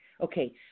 Okay